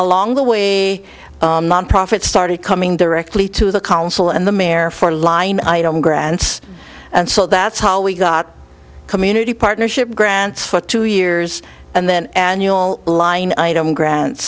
along the way profit started coming directly to the council and the mare for line item grants and so that's how we got community partnership grants for two years and then annual line item grants